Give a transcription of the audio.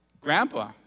Grandpa